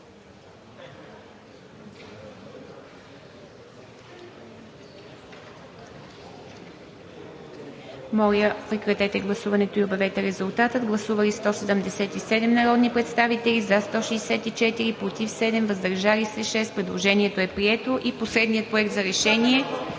Моля, прекратете гласуването и обявете резултата. Гласували 195 народни представители: за 185, против 1, въздържали се 9. Предложението е прието. Заповядайте.